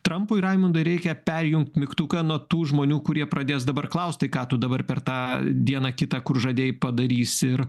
trampui raimundai reikia perjungt mygtuką nuo tų žmonių kurie pradės dabar klaust ką tu dabar per tą dieną kitą kur žadėjai padarysi ir